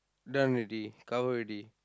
done already cover already